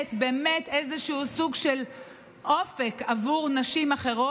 באמת איזשהו סוג של אופק עבור נשים אחרות,